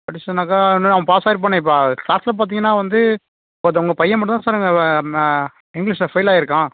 படிச்சுட்டானாக்கா இந்நேரம் அவன் பாஸ் ஆகியிருப்பானே இப்போ கிளாஸில் பார்த்தீங்கன்னா அவன் வந்து ஒருத்தன் உங்கள் பையன் மட்டும்தான் சார் அங்கே இங்கிலீஷில் ஃபெயில் ஆகியிருக்கான்